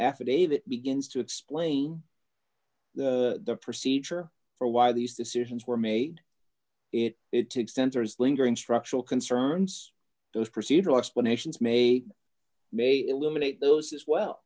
affidavit begins to explain the procedure for why these decisions were made it it took centers lingering structural concerns those procedural explanations may may eliminate those as well